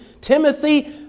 Timothy